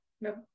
No